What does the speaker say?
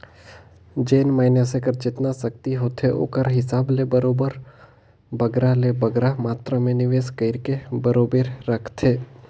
जेन मइनसे कर जेतना सक्ति होथे ओकर हिसाब ले बरोबेर बगरा ले बगरा मातरा में निवेस कइरके बरोबेर राखथे